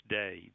day